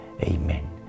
Amen